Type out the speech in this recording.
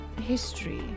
history